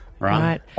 Right